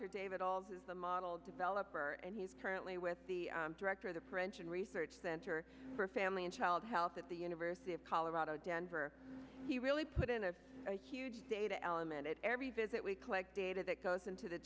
dr david all this is a model developer and he's currently with the director of the french and research center for family and child health at the university of colorado denver he really put in a huge data element at every visit we collect data that goes into the